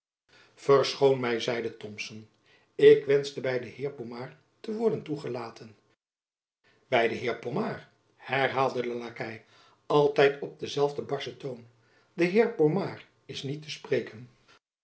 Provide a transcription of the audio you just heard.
verschoon my zeide thomson ik wenschte by den heer pomard te worden toegelaten by den heer pomard herhaalde de lakei altijd op denzelfden barschen toon de heer pomard is niet te spreken